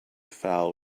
fowl